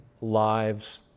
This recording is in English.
lives